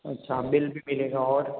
अच्छा बिल भी मिलेगा और